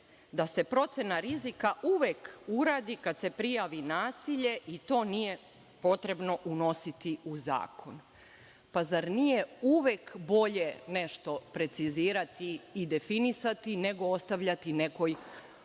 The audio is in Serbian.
da se procena rizika uvek uradi kada se prijavi nasilje i to nije potrebno unositi u zakon. Zar nije uvek bolje nešto precizirati i definisati nego ostavljati nekoj